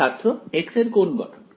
ছাত্র x এর কোন গঠন